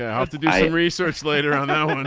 how to do research later on. now.